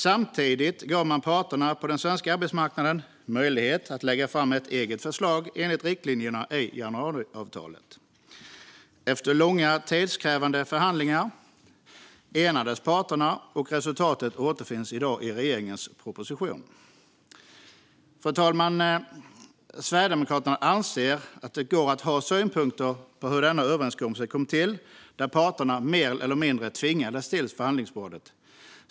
Samtidigt gav man parterna på den svenska arbetsmarknaden möjlighet att lägga fram ett eget förslag enligt riktlinjerna i januariavtalet. Efter långa, tidskrävande förhandlingar enades parterna. Resultatet återfinns i dag i regeringens proposition. Fru talman! Sverigedemokraterna anser att det går att ha synpunkter på hur denna överenskommelse kom till. Parterna mer eller mindre tvingades till förhandlingsbordet.